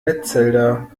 metzelder